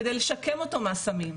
כדי לשקם אותו מהסמים.